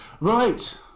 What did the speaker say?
right